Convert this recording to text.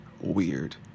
weird